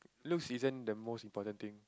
looks isn't the most important thing